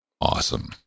Awesome